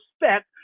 respect